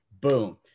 Boom